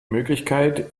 möglichkeit